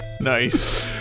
Nice